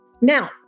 Now